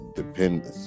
dependent